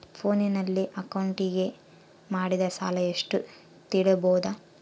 ಫೋನಿನಲ್ಲಿ ಅಕೌಂಟಿಗೆ ಮಾಡಿದ ಸಾಲ ಎಷ್ಟು ತಿಳೇಬೋದ?